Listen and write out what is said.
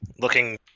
looking